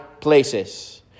places